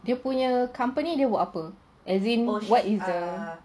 dia punya company dia buat apa as in what is the